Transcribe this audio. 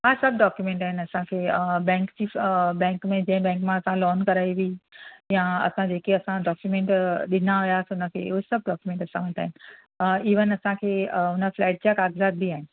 हा सभु डॉक्यूंमेंट आहिनि असांखे बेंक जी बेंक में जंहिं बेंक में असां लॉन कराई हुई या असां जेकी असां डॉक्यूंमेंट ॾिना हुयासि हुनखे हू सभु डॉक्यूंमेंट असां वटि आहिनि इवनि असांखे हुन फ़्लेट जा काग़ज़ात बि आहिनि